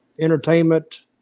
entertainment